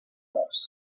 dos